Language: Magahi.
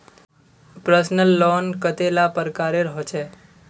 पर्सनल लोन कतेला प्रकारेर होचे?